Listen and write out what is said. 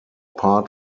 part